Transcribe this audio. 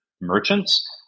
merchants